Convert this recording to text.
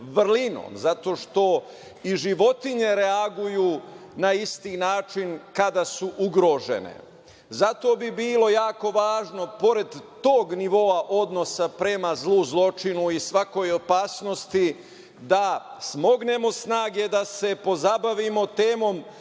zato što i životinje reaguju na isti način kada su ugrožene. Zato bi bilo jako važno, pored tog nivoa odnosa prema zlu, zločinu i svakoj opasnosti, da smognemo snage da se pozabavimo temom